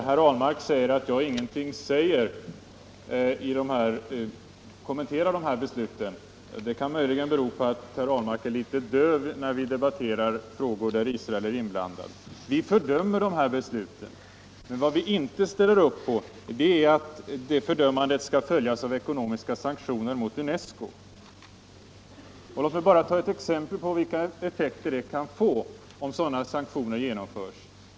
Herr talman! Herr Ahlmark säger att jag inte kommenterar de här besluten. Det kan möjligen bero på att herr Ahlmark är litet döv när vi debatterar frågor där Israel är inblandat. Vi fördömer de här besluten. Men vi ställer inte upp på att låta det fördömandet följas av ekonomiska sanktioner mot UNESCO. Låt mig ta ett exempel på vilka effekter sådana sanktioner kan få.